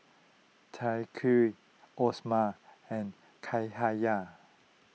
Thaqif Osman and Cahaya